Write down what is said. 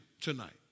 tonight